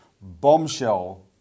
bombshell